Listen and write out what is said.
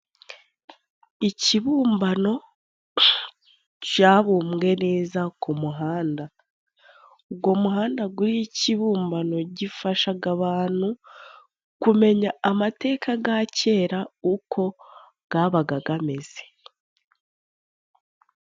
Ikibumbano cyabumbwe neza ku muhanda, uwo muhanda uriho ikibumbano gifasha abantu kumenya amateka ya kera, uko yabaga ameze.